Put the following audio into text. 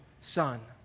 son